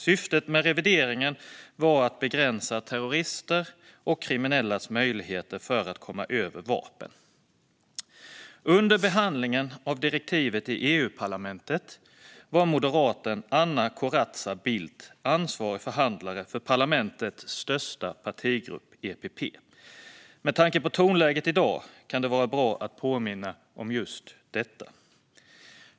Syftet med revideringen var att begränsa terroristers och kriminellas möjligheter att komma över vapen. Under behandlingen av direktivet i EU-parlamentet var moderaten Anna Maria Corazza Bildt ansvarig förhandlare för parlamentets största partigrupp, EPP. Med tanke på tonläget i dag kan det vara bra att påminna om just detta.